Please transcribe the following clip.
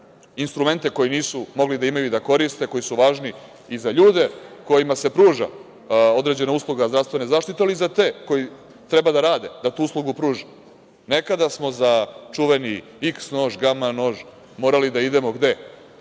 instrumente koje nisu mogli da imaju i da koriste, koji su važni i za ljude kojima se pruža određena usluga zdravstvene zaštite, ali i za te koji treba da rade, da tu uslugu pruže. Nekada smo za čuveni iks nož, gama nož morali da idemo gde,